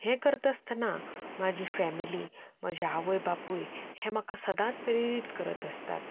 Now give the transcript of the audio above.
हें करता आसतना म्हाजी फॅमिली म्हजे आवय बापूय हे म्हाका सदांच प्रेरीत करत आसतात